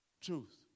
Truth